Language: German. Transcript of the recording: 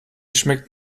schmeckt